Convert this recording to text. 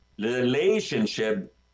relationship